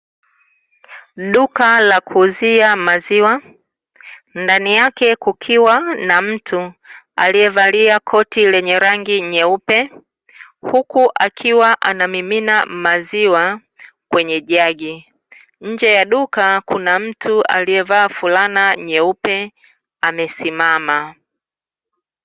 Duka la kuuzia maziwa, ndani yake kukiwa na mtu, aliyevalia koti lenye rangi nyeupe, huku akiwa anamimina maziwa kwenye jagi. Nje ya duka kuna mtu aliyevaa fulana nyeupe amesimama.